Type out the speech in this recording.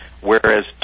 whereas